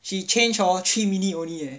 she change hor three minute only eh